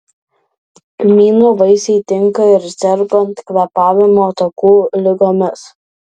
kmyno vaisiai tinka ir sergant kvėpavimo takų ligomis